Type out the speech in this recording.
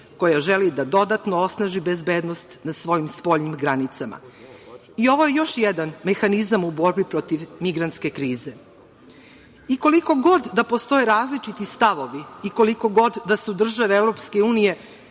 koja želi da dodatno osnaži bezbednost na svojim spoljnim granicama. Ovo je još jedan mehanizam u borbi protiv migrantske krize. Koliko god da postoje različiti stavovi i koliko god da su države EU